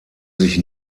sich